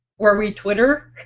where we twitter!